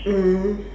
mm